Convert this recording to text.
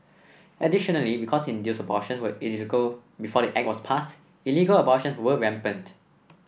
additionally because induced abortion were illegal before the Act was pass illegal abortions were rampant